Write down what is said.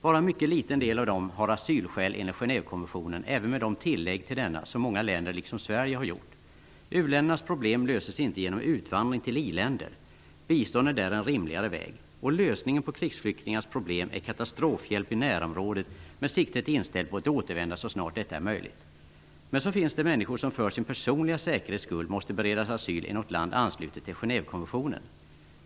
Bara en mycket liten del av dem har asylskäl enligt Genèvekonventionen, även med de tillägg till denna som många länder liksom Sverige har gjort. U-ländernas problem löses inte genom utvandring till i-länder. Bistånd är där en rimligare väg. Och lösningen på krigsflyktingarnas problem är katastrofhjälp i närområdet med siktet inställt på ett återvändande så snart detta är möjligt.'' ''Men så finns det människor som för sin personliga säkerhets skull måste beredas asyl i något land anslutet till Genèvekonventionen.''